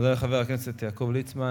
תודה לחבר הכנסת יעקב ליצמן.